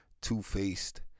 two-faced